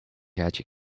gaatje